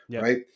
right